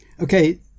Okay